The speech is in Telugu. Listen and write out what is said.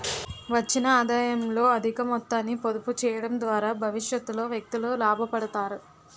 వచ్చిన ఆదాయంలో అధిక మొత్తాన్ని పొదుపు చేయడం ద్వారా భవిష్యత్తులో వ్యక్తులు లాభపడతారు